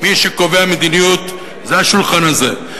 מי שקובע מדיניות זה השולחן הזה,